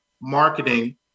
marketing